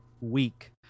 week